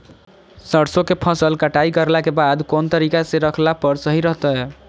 सरसों के फसल कटाई करला के बाद कौन तरीका से रखला पर सही रहतय?